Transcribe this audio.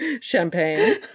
champagne